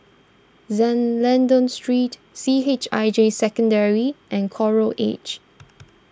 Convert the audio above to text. Lentor Street C H I J Secondary and Coral Edge